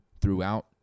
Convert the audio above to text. throughout